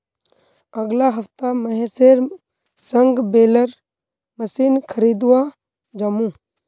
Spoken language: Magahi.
अगला हफ्ता महेशेर संग बेलर मशीन खरीदवा जामु